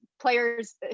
players